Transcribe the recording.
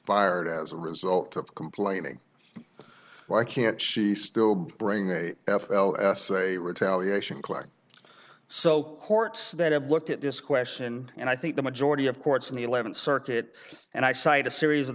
fired as a result of complaining why can't she still bring a f l say retaliation class so courts that have looked at this question and i think the majority of courts in the eleventh circuit and i cite a series of